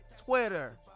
Twitter